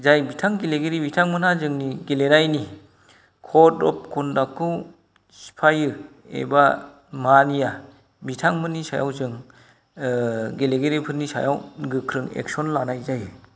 जाय बिथां गेलेगिरि बिथांमोना जोंनि गेलेनायनि कड अफ कन्डाक्टखौ सिफायो एबा मानिया बिथांमोननि सायाव जों गेलेगिरिफोरनि सायाव गोख्रों एक्सन लानाय जायो